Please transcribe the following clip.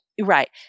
Right